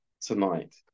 tonight